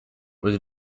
was